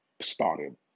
started